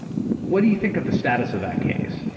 what do you think of the status of that case?